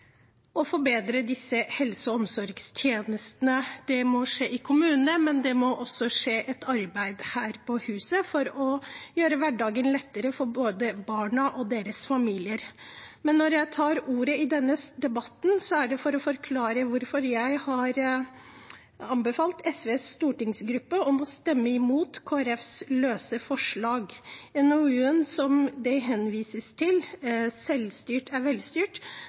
må skje i kommunene, men det må også skje et arbeid her på huset for å gjøre hverdagen lettere for både barna og deres familier. Når jeg tar ordet i denne debatten, er det for å forklare hvorfor jeg har anbefalt SVs stortingsgruppe å stemme imot Kristelig Folkepartis løse forslag. NOU-en det henvises til, Selvstyrt er velstyrt,